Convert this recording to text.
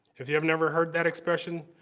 if you have never heard that expression,